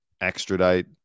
extradite